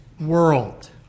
world